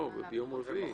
לא, ביום רביעי.